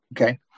Okay